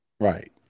Right